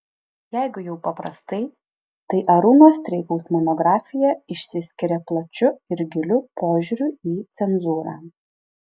jeigu jau paprastai tai arūno streikaus monografija išsiskiria plačiu ir giliu požiūriu į cenzūrą